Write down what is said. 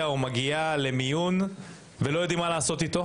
או שמגיעה למיון ולא יודעים מה לעשות איתם,